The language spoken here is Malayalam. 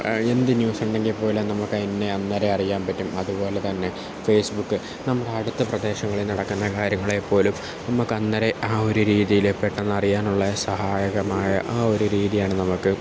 എന്ത് ന്യൂസുണ്ടെങ്കിൽ പോലും നമക്കതിനെ അന്നേരം തന്നെ അറിയാൻ പറ്റും അതുപോലെ തന്നെ ഫേസ്ബുക്ക് നമ്മുടെ അടുത്ത പ്രദേശങ്ങളിൽ നടക്കുന്ന കാര്യങ്ങളെ പോലും നമുക്ക് അന്നേരം ആ ഒരു രീതിയിൽ പെട്ടെന്നറിയാനുള്ള സഹായകമായ ആ ഒരു രീതിയാണ് നമുക്ക്